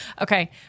Okay